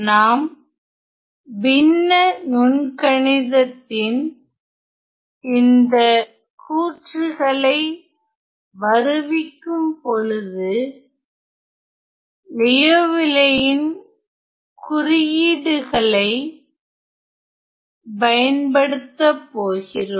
நாம் பின்ன நுண்கணிதத்தின் இந்த கூற்றுகளை வருவிக்கும்பொழுது லியோவில்லேயின் Liouvilles குறியீடுகளை பயன்படுத்த போகிறோம்